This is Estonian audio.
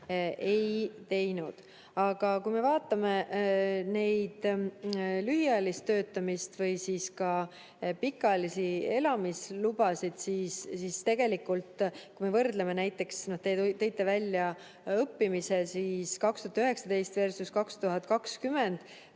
ei teinud. Aga kui me vaatame lühiajalist töötamist või siis ka pikaajalisi elamislubasid, siis tegelikult, kui me võrdleme näiteks – te tõite esile õppimise – 2019versus2020,